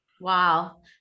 Wow